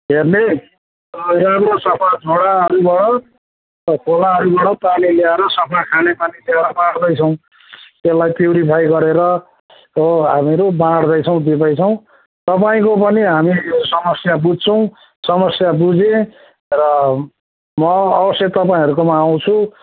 हेर्ने राम्रो सफा झोडाहरूबाट खोलाहरूबाट पानी ल्याएर सफा खानेपानी ल्याएर बाँढ्दैछौँ त्यसलाई प्युरिफाई गरेर हो हामीहरू बाँढ्दैछौँ दिँदैछौँ तपाईँको पनि हामी यो समस्या बुझ्छौँ समस्या बुझेँ र म अवश्य तपाईँहरूकोमा आउँछु